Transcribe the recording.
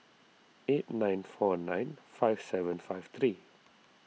eight nine four nine five seven five three